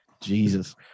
Jesus